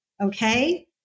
Okay